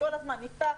כל הזמן נפתח,